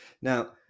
Now